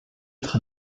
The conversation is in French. être